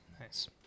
Nice